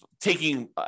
taking